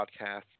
podcast